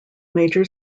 major